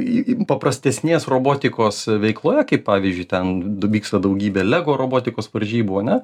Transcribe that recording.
į paprastesnės robotikos veikloje kaip pavyzdžiui ten vyksta daugybė lego robotikos varžybų ane